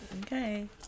Okay